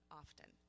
often